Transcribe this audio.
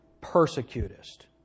persecutest